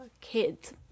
kids